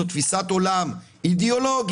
זו תפיסת עולם אידיאולוגית,